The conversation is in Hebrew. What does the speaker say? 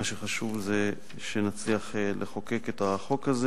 מה שחשוב זה שנצליח לחוקק את החוק הזה